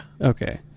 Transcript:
Okay